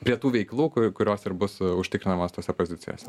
prie tų veiklų kurios ir bus užtikrinamas tose pozicijose